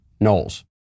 Knowles